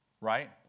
right